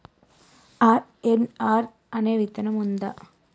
RNR అనే విత్తనం ఉందా?